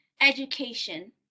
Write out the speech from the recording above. education